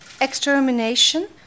extermination